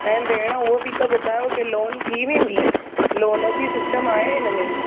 ऐं भेण हूअं बि त ॿुधायो के लोन थी वेंदी लोन जी सिस्टम आहे हिन में